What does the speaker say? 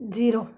zero